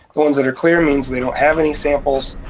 the ones that are clear means they don't have any samples,